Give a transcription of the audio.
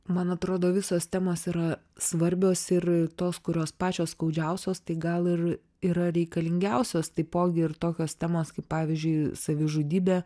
man atrodo visos temos yra svarbios ir tos kurios pačios skaudžiausios tai gal ir yra reikalingiausios taipogi ir tokios temos kaip pavyzdžiui savižudybė